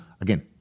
Again